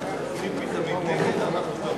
סעיף 1 נתקבל.